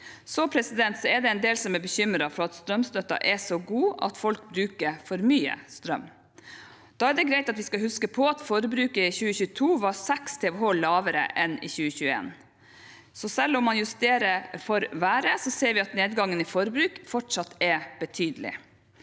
nivåene. Det er en del som er bekymret for at strømstøtten er så god at folk bruker for mye strøm. Da er det greit å huske på at forbruket i 2022 var 6 TWh lavere enn i 2021. Selv om man justerer for været, ser vi at nedgangen i forbruk fortsatt er betydelig,